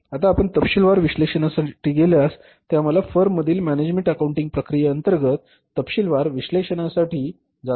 आता आपण तपशीलवार विश्लेषणासाठी गेल्यास जे आम्ही फर्मांमधील मॅनेजमेंट अकाउंटिंग प्रक्रियेअंतर्गत तपशीलवार विश्लेषणासाठी जातो